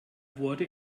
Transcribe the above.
wurde